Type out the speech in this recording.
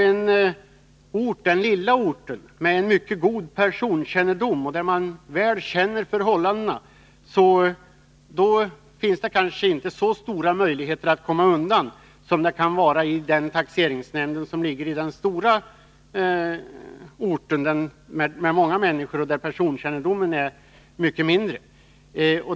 På den lilla orten, där man har en mycket god personkännedom och där man väl känner till förhållandena, finns det kanske inte så stora möjligheter att komma undan som på den stora orten, där det bor många människor och där personkännedomen är mycket mindre.